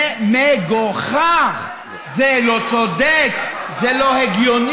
זה מגוחך, זה לא צודק, זה לא הגיוני.